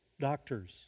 doctors